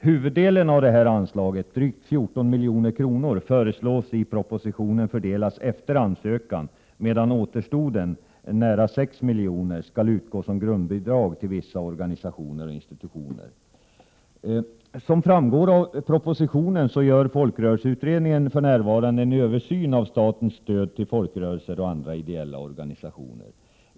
Huvuddelen av anslaget — drygt 14 milj.kr. — föreslås i propositionen bli fördelad efter ansökan, medan återstoden, nära 6 milj.kr., skall utgå som grundbidrag till vissa organisationer och institutioner. Som framgår av propositionen gör folkrörelseutredningen för närvarande en översyn av statens stöd till folkrörelser och andra ideella organisationer.